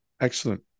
Excellent